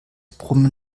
brummen